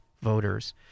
voters